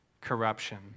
corruption